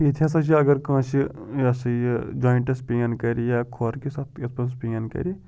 ییٚتہِ ہَسا چھِ اگر کٲنٛسہِ یہِ ہَسا یہِ جایِنٛٹَس پین کَرِ یا کھۄرٕ کِس اَتھ یَتھ منٛز پین کَرِ